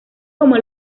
como